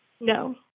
No